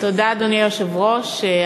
אדוני היושב-ראש,